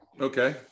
Okay